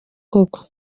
koko